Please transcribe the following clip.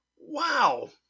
Wow